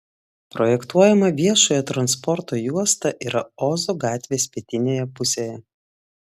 projektuojama viešojo transporto juosta yra ozo gatvės pietinėje pusėje